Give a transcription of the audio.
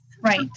right